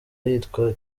yitwa